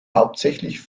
hauptsächlich